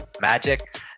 magic